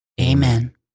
Amen